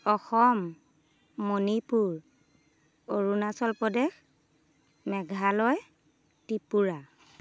Assam Manipur Arunachal Pradesh Meghalaya Tripura